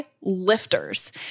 lifters